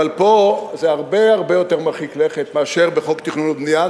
אבל פה זה הרבה יותר מרחיק לכת מאשר בחוק התכנון והבנייה.